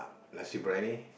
nasi-biryani